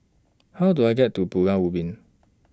How Do I get to Pulau Ubin